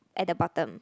at the bottom